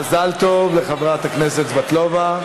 מזל טוב לחברת הכנסת סבטלובה.